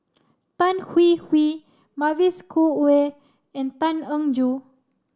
Tan Hwee Hwee Mavis Khoo Oei and Tan Eng Joo